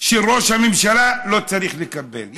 של ראש הממשלה, לא צריך לקבל.